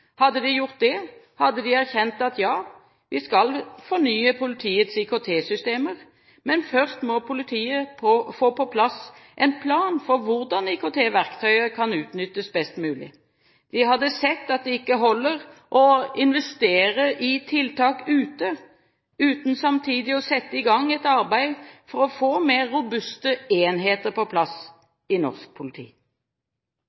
Hadde de gjort det, hadde de erkjent at ja, vi skal fornye politiets IKT-systemer, men først må politiet få på plass en plan for hvordan IKT-verktøyet kan utnyttes best mulig. De hadde sett at det ikke holder å «investere i tiltak ute», uten samtidig å sette i gang et arbeid for å få mer robuste enheter på plass